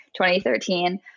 2013